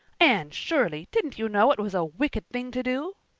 anne shirley, didn't you know it was a wicked thing to do?